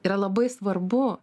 yra labai svarbu